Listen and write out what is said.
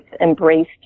embraced